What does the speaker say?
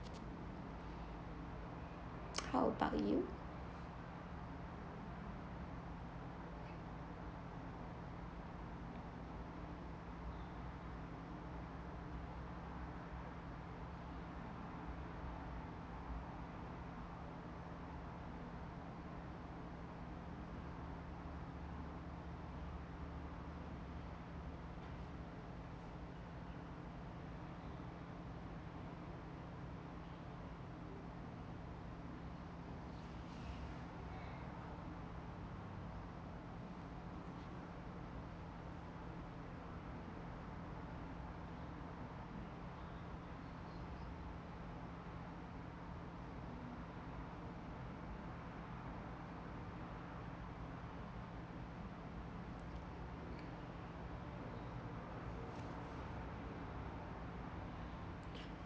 how about you